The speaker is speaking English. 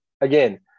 again